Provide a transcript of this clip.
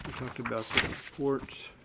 talked about the report.